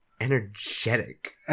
energetic